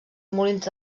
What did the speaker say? molins